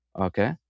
okay